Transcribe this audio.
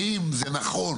האם זה נכון.